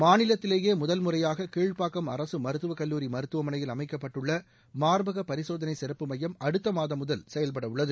மாநிலத்திலேயே முதல்முறையாக கீழ்ப்பாக்கம் அரசு மருத்துவக் கல்லூரி மருத்துவமனையில் அமைக்கப்பட்டுள்ள மார்பக பரிசோதனை சிறப்பு மையம் அடுத்த மாதம் முதல் செயல்படவுள்ளது